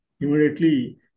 immediately